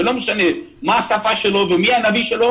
לא משנה מה השפה שלו ומי הנביא שלו,